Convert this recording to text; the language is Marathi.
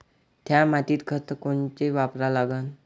थ्या मातीत खतं कोनचे वापरा लागन?